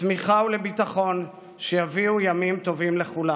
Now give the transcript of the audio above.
לצמיחה ולביטחון, שיביאו ימים טובים לכולנו.